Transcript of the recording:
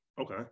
Okay